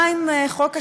מה עם חוק השקיפות?